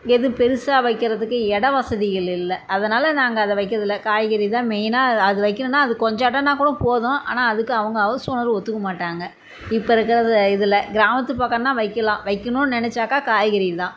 எது பெருசாக வைக்கிறதுக்கு இடம் வசதிகள் இல்லை அதனால நாங்கள் அதை வைக்கிறதுல்லை காய்கறி தான் மெயினாக அது வைக்கணுன்னா அது கொஞ்சம் இடம்னாகூட போதும் ஆனால் அதுக்கு அவங்க ஹவுஸ் ஓனரு ஒத்துக்கமாட்டாங்க இப்போ இருக்கிறது இதில் கிராமத்து பக்கம் தான் வைக்கலாம் வைக்கணுன்னு நினச்சாக்கா காய்கறிகள் தான்